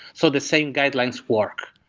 so the same guidelines work.